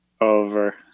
Over